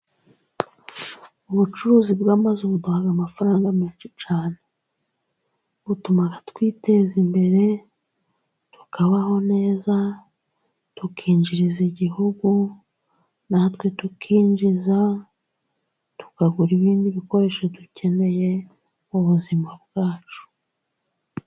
Ubucuruzi bw'amazu buduha amafaranga menshi cyane. Butuma twiteza imbere tukabaho neza, tukinjiriza igihugu natwe tukinjiza. Tukagura ibindi bikoresho dukeneye mu buzima bwacu.